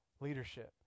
leadership